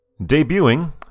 Debuting